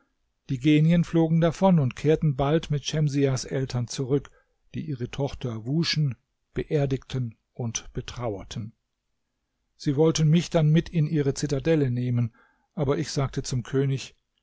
die geniert flogen davon und kehrten bald mit schemsiahs eltern zurück die ihre tochter wuschen beerdigten und betrauerten sie wollten mich dann mit in ihre zitadelle nehmen aber ich sagte zum könig